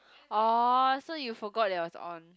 oh so you forgot that it was on